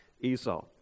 Esau